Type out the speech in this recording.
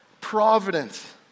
providence